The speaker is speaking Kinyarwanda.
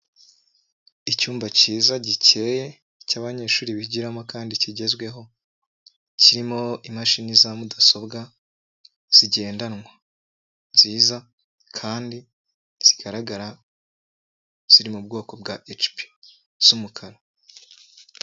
Icyumba kiza gikeye, cyabanyeshuri bigiramo kandi kigezweho, kirimo imashini za mudasobwa, zigendanwa nziza kandi zigaragara, ziri mu bwoko bwa hecipi z'umukara.